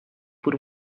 por